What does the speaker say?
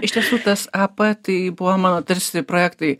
iš tiesų tas p tai buvo mano tarsi projektai